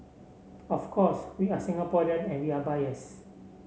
of course we are Singaporean and we are biased